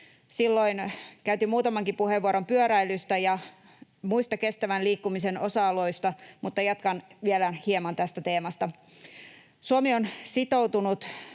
Silloin käytin muutamankin puheenvuoron pyöräilystä ja muista kestävän liikkumisen osa-alueista, mutta jatkan vielä hieman tästä teemasta. Suomi on sitoutunut